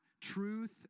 truth